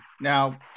Now